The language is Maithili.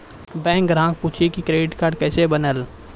बैंक ग्राहक पुछी की क्रेडिट कार्ड केसे बनेल?